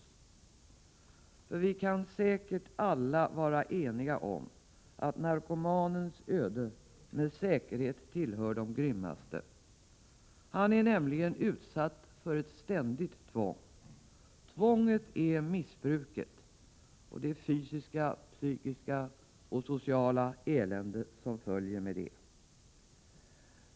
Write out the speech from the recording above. Vi kan säkert alla vara eniga om att narkomanens öde med säkerhet tillhör de grymmaste. Han är nämligen utsatt för ett ständigt tvång: missbruket och det fysiska, psykiska och sociala elände som följer med det.